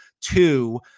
two